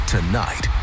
Tonight